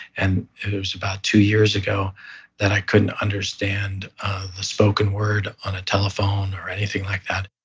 and it was about two years ago that i couldn't understand the spoken word on a telephone or anything like that